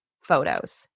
photos